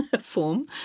form